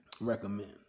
recommend